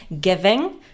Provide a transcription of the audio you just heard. giving